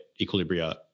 equilibria